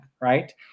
right